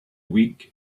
week